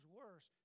worse